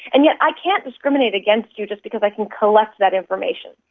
and yet i can't discriminate against you just because i can collect that information.